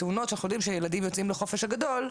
תאונות שאנחנו יודעים שילדים יוצאים לחופש הגדול,